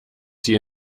die